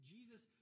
Jesus